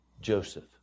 Joseph